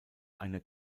eine